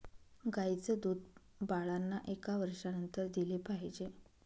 गाईचं दूध बाळांना एका वर्षानंतर दिले पाहिजे